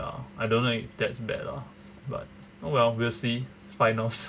ya I don't know if that's bad lah but oh well we'll see finals